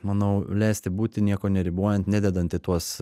manau leisti būti nieko neribojant nededant į tuos